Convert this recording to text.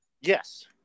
Yes